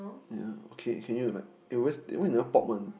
ya okay can you like where's eh why you never pop one